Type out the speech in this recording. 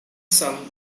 sung